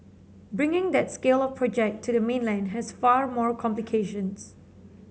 bringing that scale of project to the mainland has far more complications